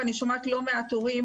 ואני שומעת לא מעט הורים,